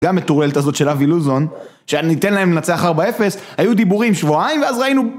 גם את טורלט הזאת של אבי לוזון שניתן להם לנצח 4-0 היו דיבורים שבועיים ואז ראינו...